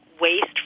waste